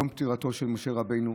יום פטירתו של משה רבנו,